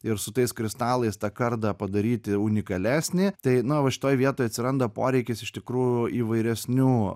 ir su tais kristalais tą kardą padaryti unikalesnį tai na va šitoj vietoj atsiranda poreikis iš tikrųjų įvairesnių